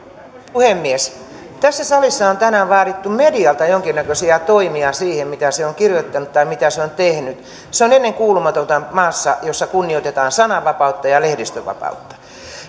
puhemies tässä salissa on tänään vaadittu medialta jonkinnäköisiä toimia siihen mitä se on kirjoittanut tai mitä se on tehnyt se on ennenkuulumatonta maassa missä kunnioitetaan sananvapautta ja lehdistönvapautta